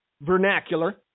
vernacular